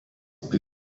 bei